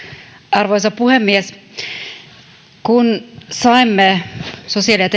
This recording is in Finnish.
arvoisa puhemies kun saimme sosiaali ja